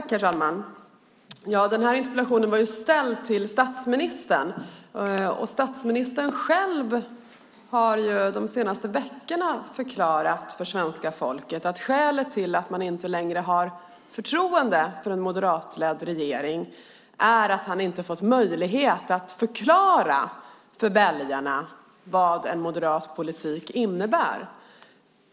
Herr talman! Den här interpellationen var ställd till statsministern. Statsministern själv har de senaste veckorna förklarat för svenska folket att skälet till att man inte längre har förtroende för en moderatledd regering är att han inte fått möjlighet att förklara för väljarna vad en moderat politik innebär.